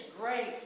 great